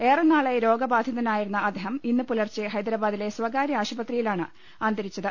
ഏറെ നാളായി രോഗബാധിതനായിരുന്ന അദ്ദേഹം ഇന്ന് പുലർച്ചെ ഹൈദരബാദിലെ സ്വകാര്യ ആശുപത്രിയിലാണ് അന്തരിച്ചത്